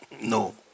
No